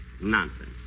Nonsense